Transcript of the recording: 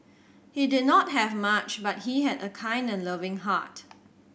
he did not have much but he had a kind and loving heart